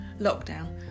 lockdown